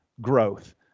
growth